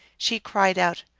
she cried out,